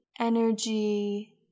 energy